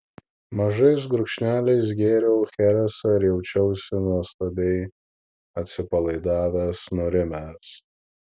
mažais gurkšneliais gėriau cheresą ir jaučiausi nuostabiai atsipalaidavęs nurimęs